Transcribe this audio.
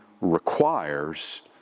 requires